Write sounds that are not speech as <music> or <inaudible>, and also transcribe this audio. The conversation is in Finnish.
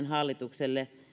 <unintelligible> hallituksille